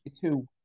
Two